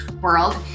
world